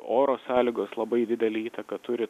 oro sąlygos labai didelę įtaką turi